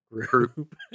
group